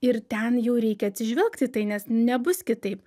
ir ten jau reikia atsižvelgt į tai nes nebus kitaip